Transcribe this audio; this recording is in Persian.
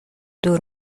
دور